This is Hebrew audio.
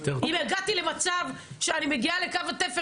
אם הגעתי למצב שאני מגיעה לכאן התפר